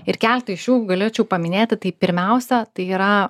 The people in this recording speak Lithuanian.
ir keletą iš jų galėčiau paminėti tai pirmiausia tai yra